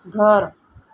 घर